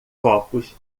copos